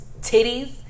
titties